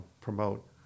promote